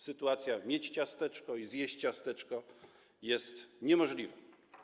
Sytuacja: mieć ciasteczko i zjeść ciasteczko, jest niemożliwa.